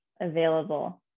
available